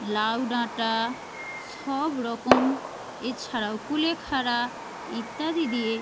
লাউ ডাঁটা সব রকম এছাড়াও কুলেখাড়া ইত্যাদি দিয়ে